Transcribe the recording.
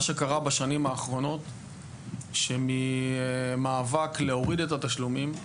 מה שקרה בשנים האחרונות שממאבק להוריד את התשלומים,